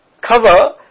cover